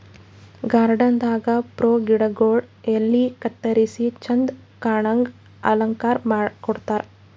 garden ದಾಗಾ show ಗಿಡಗೊಳ್ ಎಲಿ ಕತ್ತರಿಸಿ ಚಂದ್ ಕಾಣಂಗ್ ಆಕಾರ್ ಕೊಡ್ತಾರ್